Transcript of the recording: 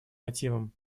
мотивам